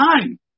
time